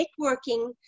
networking